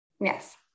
Yes